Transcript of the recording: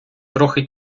трохи